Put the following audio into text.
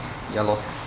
ya lor